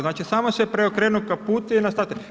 Znači samo se preokrenu kaputi i nastavi.